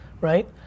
right